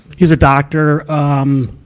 he's a doctor, um,